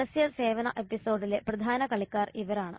പരസ്യ സേവന എപ്പിസോഡിലെ പ്രധാന കളിക്കാർ ഇവരാണ്